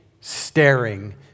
staring